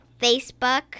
Facebook